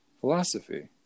Philosophy